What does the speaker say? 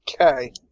Okay